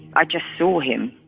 i just saw him